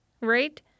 Right